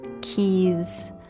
keys